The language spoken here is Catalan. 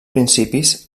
principis